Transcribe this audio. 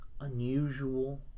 unusual